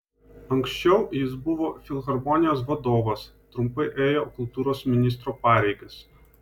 anksčiau jis buvo filharmonijos vadovas trumpai ėjo kultūros ministro pareigas